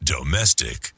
Domestic